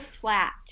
flat